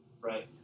right